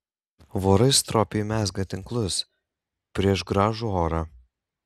vorai stropiai mezga tinklus prieš gražų orą